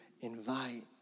invite